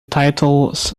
titles